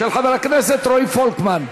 של חבר הכנסת רועי פולקמן.